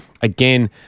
Again